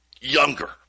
younger